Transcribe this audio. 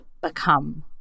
become